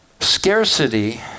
Scarcity